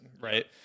right